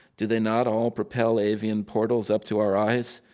do they not all propel avian portals up to our eyes,